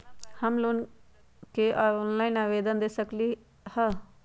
हम लोन के ऑनलाइन आवेदन कईसे दे सकलई ह?